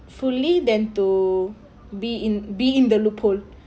fully than to be in be in the loophole